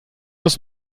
aus